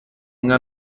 inka